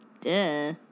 Duh